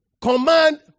command